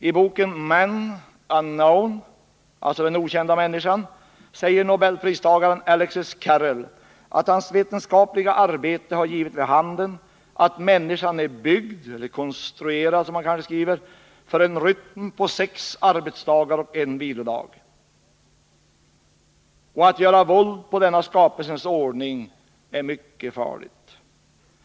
I boken Man unknown — Den okända människan — säger Nobelpristagaren Alexis Carrel att hans vetenskapliga arbete har givit vid handen att människan är konstruerad för en rytm på sex arbetsdagar och en vilodag. Att göra våld på denna skapelsens ordning är mycket farligt.